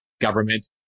government